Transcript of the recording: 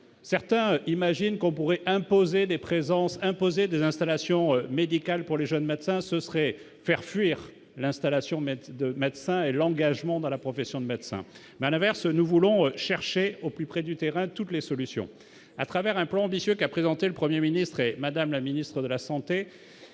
certains imaginent qu'on pourrait imposer des présences imposer des installations médicales pour les jeunes médecins, ce serait faire fuir l'installation mettent de médecins et l'engagement dans la profession de médecin mal inverse : nous voulons chercher au plus près du terrain, toutes les solutions à travers un plan ambitieux qu'a présenté le 1er ministre et Madame la Ministre de la Santé